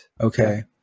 Okay